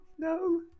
No